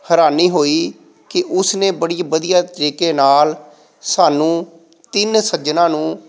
ਹੈਰਾਨੀ ਹੋਈ ਕਿ ਉਸ ਨੇ ਬੜੀ ਵਧੀਆ ਤਰੀਕੇ ਨਾਲ ਸਾਨੂੰ ਤਿੰਨ ਸੱਜਣਾਂ ਨੂੰ